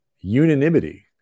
unanimity